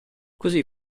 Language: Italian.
così